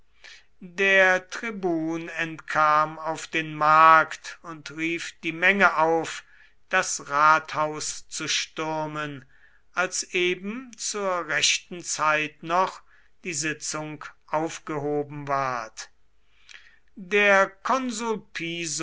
der tribun entkam auf den markt und rief die menge auf das rathaus zu stürmen als eben zur rechten zeit noch die sitzung aufgehoben ward der konsul